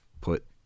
put